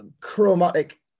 chromatic